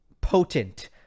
potent